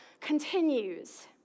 continues